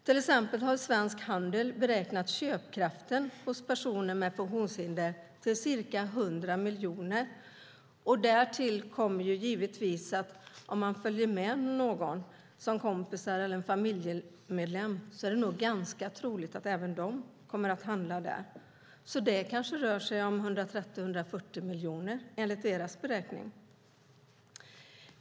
Till exempel har Svensk Handel beräknat köpkraften hos personer med funktionshinder till ca 100 miljoner. Därtill kommer givetvis de som följer med, till exempel kompisar eller en familjemedlem. Det är nog ganska troligt att även de kommer att handla. Det kanske rör sig om 130-140 miljoner, enligt deras beräkning.